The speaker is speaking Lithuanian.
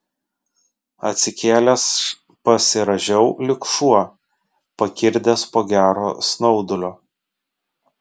atsikėlęs pasirąžiau lyg šuo pakirdęs po gero snaudulio